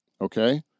Okay